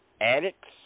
addicts